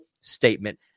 statement